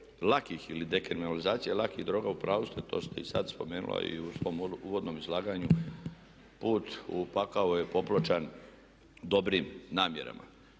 lakih ili dekriminalizacije lakih droga, u pravu ste, to ste i sada spomenula i u svom uvodnom izlaganju "Put u pakao je popločen dobrim namjerama".